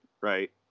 right